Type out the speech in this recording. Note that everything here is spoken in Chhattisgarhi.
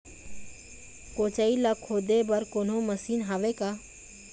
कोचई ला खोदे बर कोन्हो मशीन हावे का?